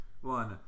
One